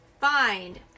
find